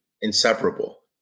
inseparable